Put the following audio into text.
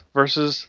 versus